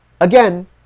again